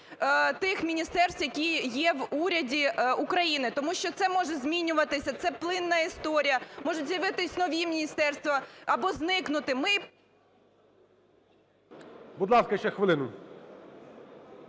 тих міністерств, які є в уряді України. Тому це може змінюватися, це плинна історія, можуть з'явитись нові міністерства або зникнути. Ми… ГОЛОВУЮЧИЙ. Будь ласка, ще хвилину.